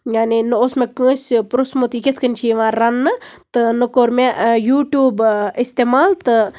یعنی نہ اوس مےٚ کٲنسہِ پرژھمُت یہِ کِتھ کٔنۍ چھِ یِوان رَننہٕ تہٕ نہ کوٚر مےٚ یوٗٹیوٗب اِستعمال تہٕ